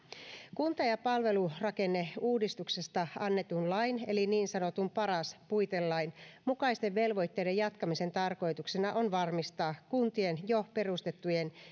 kunta ja palvelurakenneuudistuksesta annetun lain eli niin sanotun paras puitelain mukaisten velvoitteiden jatkamisen tarkoituksena on varmistaa kuntien jo perustettujen